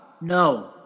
No